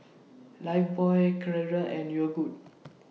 Lifebuoy Carrera and Yogood